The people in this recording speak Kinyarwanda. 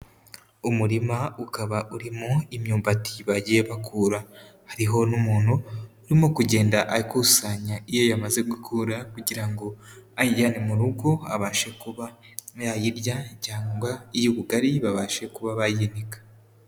Umurima ukaba urimo imyumbati bagiye bakura, hariho n'umuntu urimo kugenda akusanya iyo yamaze gukura, kugira ngo ayijyane mu rugo abashe kuba nayirya cyangwa iy'ubugari babashe kuba bayinika.